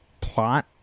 plot